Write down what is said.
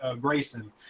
Grayson